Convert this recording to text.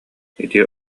ити